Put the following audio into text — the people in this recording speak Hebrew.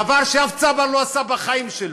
דבר ששום צבר לא עשה בחיים שלו.